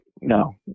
no